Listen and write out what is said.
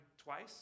twice